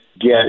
get